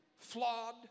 flawed